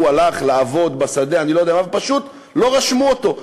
הוא הלך לעבוד בשדה ופשוט לא רשמו אותו.